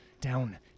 down